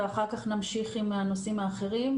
ואחר כך נמשיך עם הנושאים האחרים,